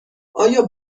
آیا